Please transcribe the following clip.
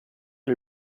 del